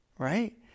right